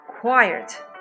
quiet